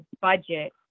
budget